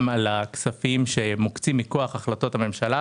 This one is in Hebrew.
על הכספים שמוקצים מכוח החלטות הממשלה